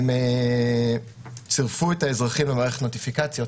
הם צירפו את האזרחים למערכת נוטיפיקציות